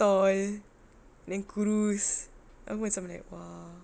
tall then kurus then macam like !wow!